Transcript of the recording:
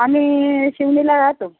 आम्ही शिवणीला राहतो